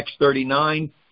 X39